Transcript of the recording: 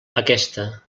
aquesta